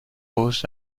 aux